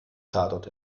tatort